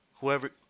Whoever –